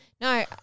No